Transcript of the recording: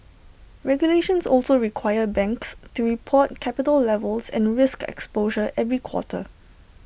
regulations also require banks to report capital levels and risk exposure every quarter